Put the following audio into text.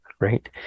right